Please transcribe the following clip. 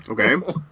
Okay